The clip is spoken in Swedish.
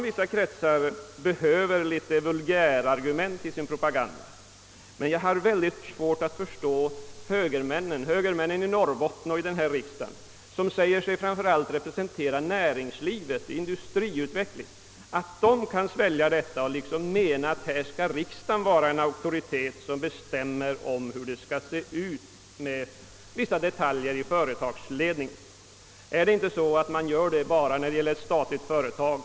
Vissa kretsar behöver tydligen vulgärargument i sin propaganda, men jag har svårt att förstå att högermännen i Norrbotten och i riksdagen, som säger sig framför allt representera näringslivet och industriutvecklingen, kan svälja detta och anse att riksdagen skall vara en auktoritet som bestämmer över vissa detaljer i företagsledningen. Har man inte den uppfattningen enbart när det rör statliga företag?